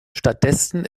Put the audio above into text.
stattdessen